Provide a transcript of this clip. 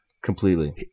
Completely